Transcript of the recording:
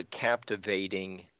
captivating